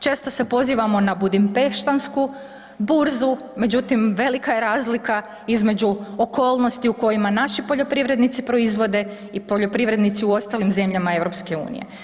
Često se pozivamo na budimpeštansku burzu, međutim, velika je razlika između okolnosti u kojima naši poljoprivrednici proizvode i poljoprivrednici u ostalim zemljama EU.